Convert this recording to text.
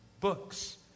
books